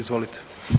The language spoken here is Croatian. Izvolite.